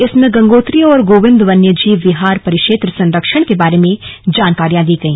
इसमें गंगोत्री और गोविन्द वन्य जीव विहार परिक्षेत्र संरक्षण के बारे में जानकारियां दी गई